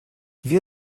via